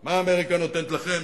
מה אמריקה נותנת לכם,